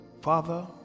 Father